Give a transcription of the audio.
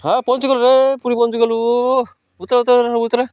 ହଁ ପହଞ୍ଚିଗଲୁରେ ପୁରୀ ପହଞ୍ଚିଗଲୁ ଉତରେ ଉତରେ